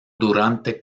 durante